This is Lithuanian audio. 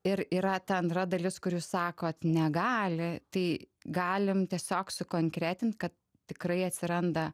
ir yra ta antra dalis kur jūs sakot negali tai galim tiesiog sukonkretint kad tikrai atsiranda